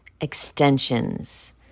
extensions